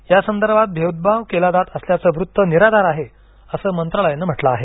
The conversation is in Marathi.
या संदर्भात भेदभाव केला जात असल्याचं वृत्त निराधार आहे असं मंत्रालयानं म्हटलं आहे